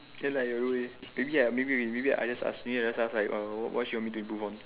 then like don't know leh maybe I maybe I just asking and stuff like oh what she want me improve on